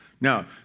Now